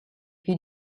più